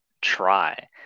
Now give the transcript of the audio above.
try